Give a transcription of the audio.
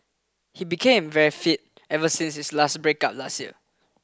he became very fit ever since his last breakup last year